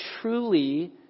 truly